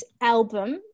album